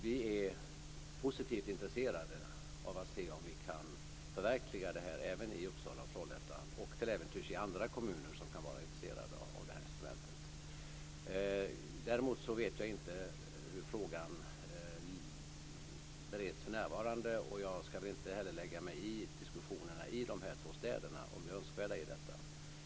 Vi är positivt intresserade av att se om vi kan förverkliga detta även i Uppsala och Trollhättan och till äventyrs i andra kommuner som kan vara intresserade av det här instrumentet. Däremot vet jag inte hur frågan bereds för närvarande. Jag skall inte heller lägga mig i diskussionerna i de två städerna om det önskvärda i detta.